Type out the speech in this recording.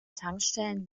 tankstellen